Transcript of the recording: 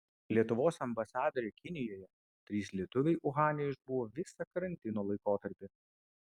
lietuvos ambasadorė kinijoje trys lietuviai uhane išbuvo visą karantino laikotarpį